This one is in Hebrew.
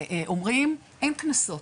אומרים, אין קנסות.